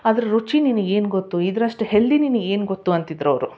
ಅದ್ರ ರುಚಿ ನಿನಗೆ ಏನು ಗೊತ್ತು ಇದ್ರಷ್ಟು ಹೆಲ್ದಿ ನಿನ್ಗೆ ಏನು ಗೊತ್ತು ಅಂತಿದ್ರು ಅವರು